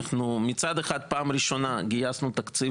מצד אחד גייסנו בפעם הראשונה תקציב